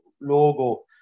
logo